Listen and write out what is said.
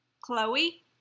Chloe